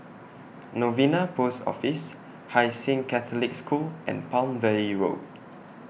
Novena Post Office Hai Sing Catholic School and Palm Valley Road